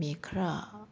ꯃꯤ ꯈꯔ